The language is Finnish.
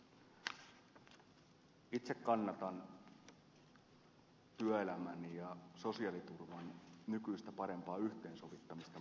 itse kannatan työelämän ja sosiaaliturvan nykyistä parempaa yhteensovittamista